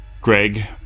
Greg